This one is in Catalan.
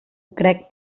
crec